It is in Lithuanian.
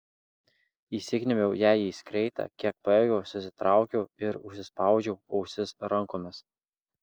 įsikniaubiau jai į skreitą kiek pajėgiau susitraukiau ir užsispaudžiau ausis rankomis